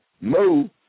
move